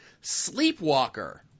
Sleepwalker